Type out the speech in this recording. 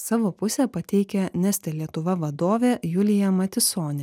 savo pusę pateikia neste lietuva vadovė julija matisonė